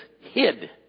hid